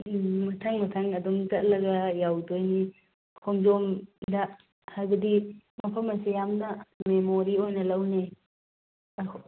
ꯎꯝ ꯃꯊꯪ ꯃꯊꯪ ꯑꯗꯨꯝ ꯆꯠꯂꯒ ꯌꯧꯗꯣꯏꯅꯤ ꯈꯣꯡꯖꯣꯝꯗ ꯍꯥꯏꯕꯗꯤ ꯃꯐꯝ ꯑꯁꯤ ꯌꯥꯝꯅ ꯃꯦꯃꯣꯔꯤ ꯑꯣꯏꯅ ꯂꯧꯅꯩ ꯑꯈꯣꯏ